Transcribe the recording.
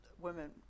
women